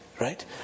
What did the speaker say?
right